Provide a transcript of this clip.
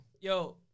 Yo